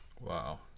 wow